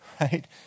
right